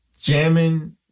jamming